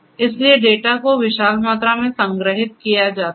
इसलिए डेटा को विशाल मात्रा में संग्रहीत किया जाता हैं